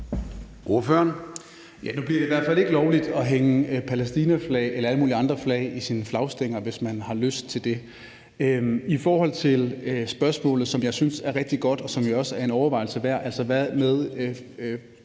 Det bliver i hvert fald ikke lovligt at hænge palæstinaflag eller alle mulige andre flag i sin flagstang, hvis man skulle have lyst til det. I forhold til spørgsmålet, som jeg synes er rigtig godt, og som jo også er en overvejelse værd, om store